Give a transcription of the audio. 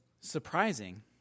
surprising